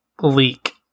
Leak